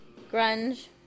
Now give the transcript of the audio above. Grunge